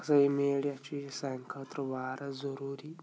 یُس ہَسا یہِ میٖڈیا چھُ یہِ چھُ سانہِ خٲطرٕ واریاہ ضروٗری